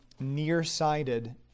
nearsighted